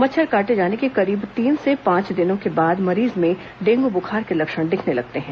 मच्छर काटे जाने के करीब तीन से पांच दिनों के बाद मरीज में डेंगू बुखार के लक्षण दिखने लगते हैं